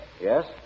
Yes